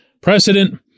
precedent